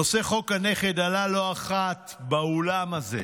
נושא חוק הנכד עלה לא אחת באולם הזה,